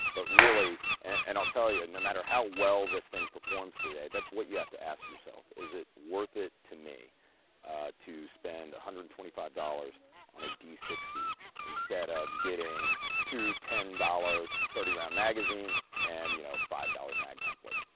but really, and i'll tell you, no matter how well this thing performs today that's what you have to ask yourself. is it worth it to me to spend one hundred and twenty five dollars on a d sixty instead of getting two ten dollars thirty round magazines and you know five dollars mag coupler.